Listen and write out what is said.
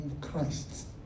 Christ